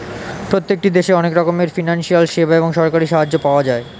প্রত্যেকটি দেশে অনেক রকমের ফিনান্সিয়াল সেবা এবং সরকারি সাহায্য পাওয়া যায়